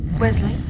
Wesley